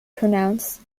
pronounced